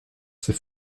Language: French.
ses